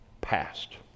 passed